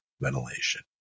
ventilation